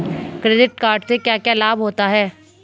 Credit card से क्या क्या लाभ होता है?